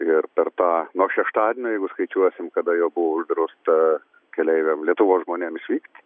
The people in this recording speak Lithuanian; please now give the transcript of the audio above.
ir per tą nuo šeštadienio jeigu skaičiuosim kada jau buvo uždrausta keleiviam lietuvos žmonėm išvykt